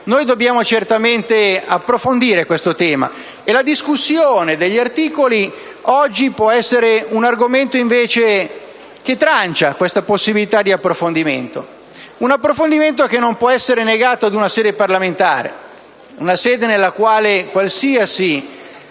Noi dobbiamo certamente approfondire questo tema; la discussione degli articoli oggi potrebbe, invece, tranciare ogni possibilità di approfondimento, un approfondimento che non può essere negato a una sede parlamentare, nella quale qualsiasi